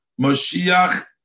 Moshiach